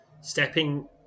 Stepping